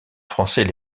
français